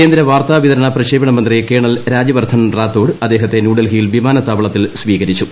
കേന്ദ്ര വാർത്താവിതരണ പ്രക്ഷേ പണ മന്ത്രി കേണൽ രാജ്യവർദ്ധൻ റാത്തോഡ് അദ്ദേഹത്തെ ന്യൂ ഡൽഹിയിൽ വിമാനത്താവളത്തിൽ സ്വീകരിച്ചു